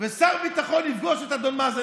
ושר ביטחון יפגוש את אבו מאזן.